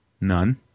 None